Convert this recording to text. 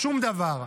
שום דבר.